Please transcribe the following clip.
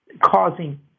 causing